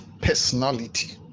personality